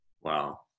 Wow